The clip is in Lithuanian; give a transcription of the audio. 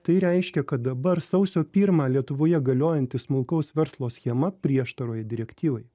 tai reiškia kad dabar sausio pirmą lietuvoje galiojanti smulkaus verslo schema prieštaroj direktyvai